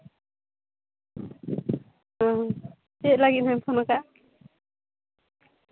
ᱚ ᱪᱮᱫ ᱞᱟᱹᱜᱤᱫ ᱮᱢ ᱯᱷᱳᱱᱟᱠᱟᱜᱼᱟ